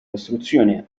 costruzione